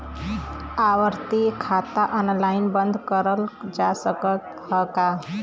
आवर्ती खाता ऑनलाइन बन्द करल जा सकत ह का?